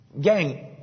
Gang